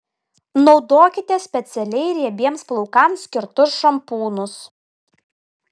naudokite specialiai riebiems plaukams skirtus šampūnus